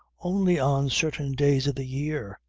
only on certain days of the year,